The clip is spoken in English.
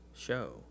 Show